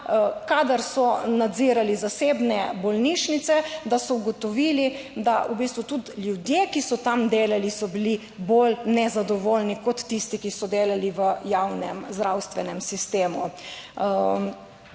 kadar so nadzirali zasebne bolnišnice, da so ugotovili, da v bistvu tudi ljudje, ki so tam delali, so bili bolj nezadovoljni kot tisti, ki so delali v javnem zdravstvenem sistemu,